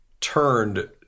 turned